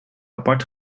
apart